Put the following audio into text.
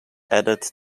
added